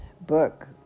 book